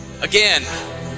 Again